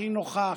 הכי נוחה,